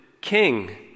king